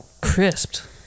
crisped